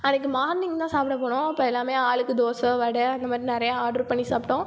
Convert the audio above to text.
அன்றைக்கி மார்னிங் தான் சாப்பிட போனோம் அப்போ எல்லாமே ஆளுக்கு தோசை வடை இந்த மாதிரி நிறைய ஆர்டர் பண்ணி சாப்பிட்டோம்